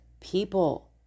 people